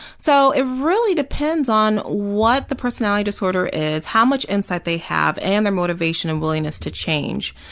so it really depends on what the personality disorder is, how much insight they have and their motivation and willingness to change.